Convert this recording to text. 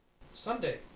Sunday